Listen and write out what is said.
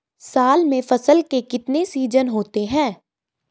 साल में फसल के कितने सीजन होते हैं?